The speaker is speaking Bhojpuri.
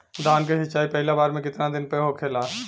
धान के सिचाई पहिला बार कितना दिन पे होखेला?